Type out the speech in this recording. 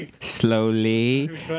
Slowly